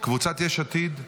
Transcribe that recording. קבוצת יש עתיד?